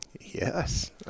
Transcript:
Yes